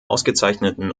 ausgezeichneten